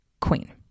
queen